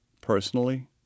personally